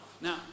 Now